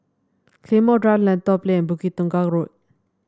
Claymore Drive Lentor Plain Bukit Tunggal Road